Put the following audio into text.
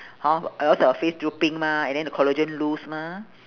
hor or else our face drooping mah and then the collagen loose mah